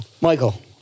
Michael